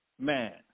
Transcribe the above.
man